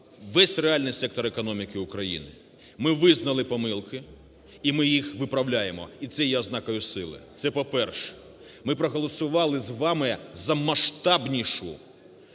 весь реальний сектор економіки України. Ми визнали помилки, і ми їх виправляємо, і це є ознакою сили. Це, по-перше. Ми проголосували з вами за масштабнішу